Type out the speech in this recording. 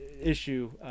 issue